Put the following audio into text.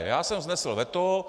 Já jsem vznesl veto.